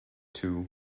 too